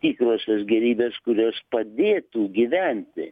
tikrosios gėrybės kuris padėtų gyventi